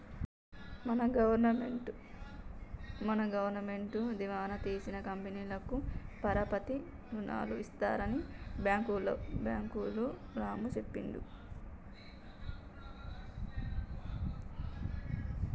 మన గవర్నమెంటు దివాలా తీసిన కంపెనీలకు పరపతి రుణాలు ఇస్తారని బ్యాంకులు రాము చెప్పిండు